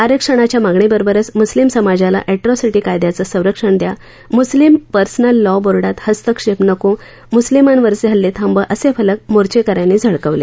आरक्षणाच्या मागणीबरोबरच मुस्लीम समाजाला अँट्रॉसिटी कायद्याचं संरक्षण द्या मुस्लीम पर्सनल लॉ बोर्डात हस्तक्षेप नको मुस्लिमांवरचे हल्ले थांबवा असे फलक मोर्चेकऱ्यांनी झळकवले